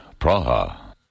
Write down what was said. Praha